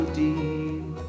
deep